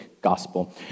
gospel